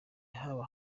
haba